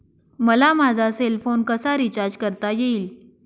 मला माझा cell phone कसा रिचार्ज करता येईल?